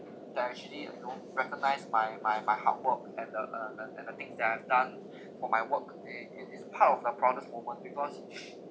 that actually you know recognise my my my hard work and the uh and and the things that I have done for my work it it is part of the proudest moment because